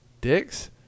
dicks